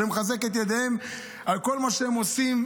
ואני מחזק את ידיהם על כל מה שהם עושים,